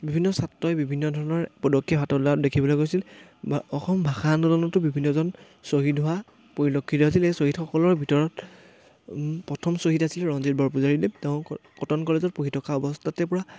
বিভিন্ন ছাত্ৰই বিভিন্ন ধৰণৰ পদক্ষেপ হাতত লোৱা দেখিবলৈ গৈছিল বা অসম ভাষা আন্দোলনতো বিভিন্নজন শ্বহীদ হোৱা পৰিলক্ষিত হৈছিল এই শ্বহীদসকলৰ ভিতৰত প্ৰথম শ্বহীদ আছিল ৰঞ্জিত বৰপূজাৰীদেৱ তেওঁ কটন কলেজত পঢ়ি থকা অৱস্থাতে পূৰা